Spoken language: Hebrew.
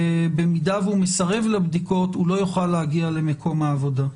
ובמידה שהוא מסרב לבדיקות הוא לא יוכל להגיע למקום העבודה.